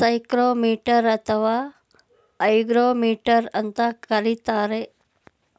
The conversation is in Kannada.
ಸೈಕ್ರೋಮೀಟರ್ ಅಥವಾ ಹೈಗ್ರೋಮೀಟರ್ ಅಂತ ಕರೀತಾರೆ